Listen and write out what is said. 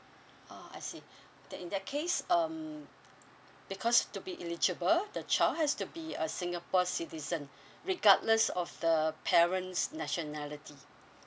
oh I see then in that case um because to be eligible the child has to be a singapore citizen regardless of the parents nationality